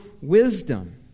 wisdom